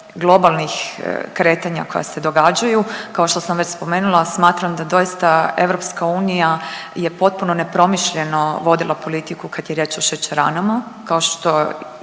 globalnih kretanja koja se događaju. Kao što sam već spomenula, smatram da doista EU je potpuno nepromišljeno vodila politiku kad je riječ o šećeranama kao što